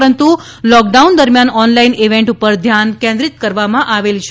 પરંતુ લોકડાઉન દરમિયાન online event પર ધ્યાન કેન્દ્રિત કરવામાં આવેલ છે